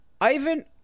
Ivan